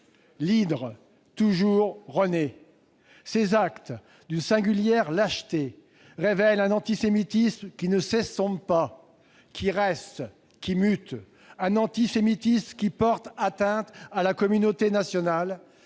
l'hydre toujours renaît ! Ces actes, d'une singulière lâcheté, révèlent un antisémitisme qui ne s'estompe pas, qui reste, qui mute ; un antisémitisme qui porte atteinte à la communauté nationale,